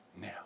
now